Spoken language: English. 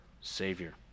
savior